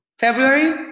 February